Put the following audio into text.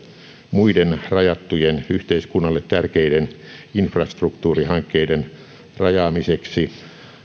muiden rajattujen yhteiskunnalle tärkeiden infrastruktuurihankkeiden rajaamiseksi